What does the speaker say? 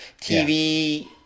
TV